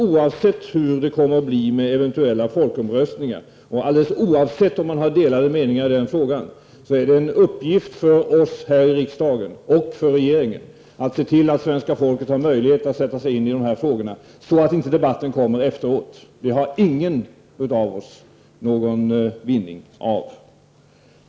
Oavsett hur det kommer att bli med eventuella folkomröstningar och om man har delade meningar i den frågan är det en uppgift för oss här i riksdagen och för regeringen att se till att svenska folket har möjlighet att sätta sig in i dessa frågor, så att debatten inte kommer efteråt. Det får ingen av oss någon vinning av.